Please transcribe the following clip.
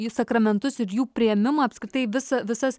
į sakramentus ir jų priėmimą apskritai visą visas